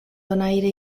donaire